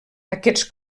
aquests